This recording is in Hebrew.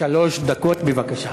שלוש דקות, בבקשה.